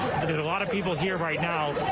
a lot of people here right now.